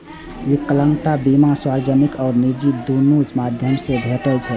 विकलांगता बीमा सार्वजनिक आ निजी, दुनू माध्यम सं भेटै छै